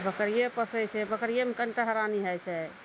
बकरिए पोसय छै बकरिएमे कनिटा हरानी होइ छै